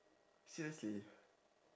seriously